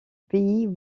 pays